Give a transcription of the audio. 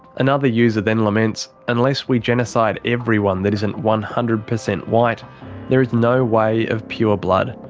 another user then laments, unless we genocide everyone that isn't one hundred percent white there is no way of pure blood.